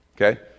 Okay